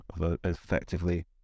effectively